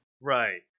Right